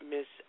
Miss